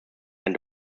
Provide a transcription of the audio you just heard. ein